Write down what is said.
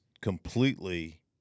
completely –